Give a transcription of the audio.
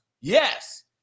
Yes